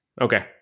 Okay